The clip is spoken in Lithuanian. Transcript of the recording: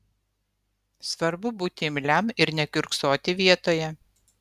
svarbu būti imliam ir nekiurksoti vietoje